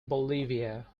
bolivia